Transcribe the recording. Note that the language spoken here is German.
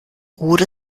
oder